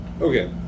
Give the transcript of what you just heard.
Okay